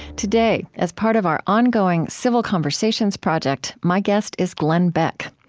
today, as part of our ongoing civil conversations project, my guest is glenn beck.